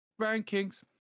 rankings